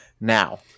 now